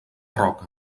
roca